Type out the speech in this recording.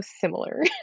similar